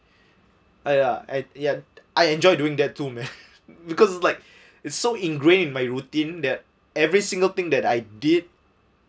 !aiya! at yet I enjoy doing that too man because like it's so ingrain my routine that every single thing that I did